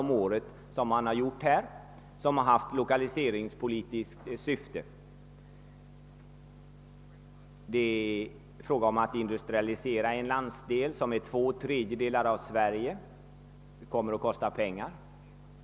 Det är fråga om att industrialisera en landsdel som omfattar två tredjedelar av Sverige, och det kommer att kosta pengar.